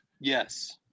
yes